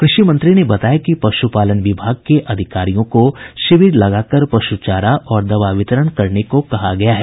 कृषि मंत्री ने बताया कि पश्पालन विभाग के अधिकारियों को शिविर लगाकर पश्पचारा और दवा वितरण करने को कहा गया है